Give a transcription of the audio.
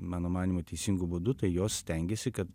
mano manymu teisingu būdu tai jos stengiasi kad